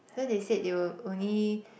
cause they said they will only